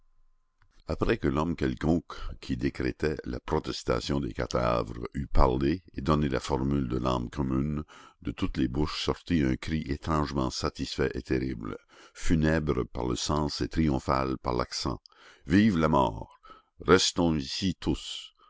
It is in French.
après que l'homme quelconque qui décrétait la protestation des cadavres eut parlé et donné la formule de l'âme commune de toutes les bouches sortit un cri étrangement satisfait et terrible funèbre par le sens et triomphal par l'accent vive la mort restons ici tous